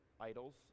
idols